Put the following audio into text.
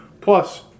Plus